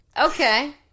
Okay